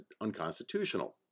unconstitutional